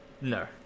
No